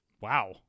Wow